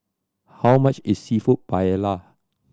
how much is Seafood Paella